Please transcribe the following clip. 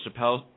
Chappelle